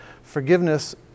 forgiveness